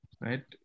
Right